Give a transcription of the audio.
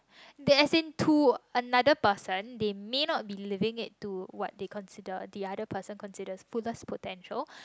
they as in to another person they may not be leaving it to what they consider the other person consider fullest potential